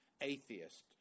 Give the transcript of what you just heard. atheist